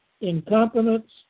incompetence